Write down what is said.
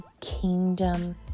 kingdom